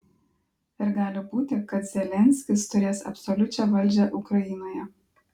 ir gali būti kad zelenskis turės absoliučią valdžią ukrainoje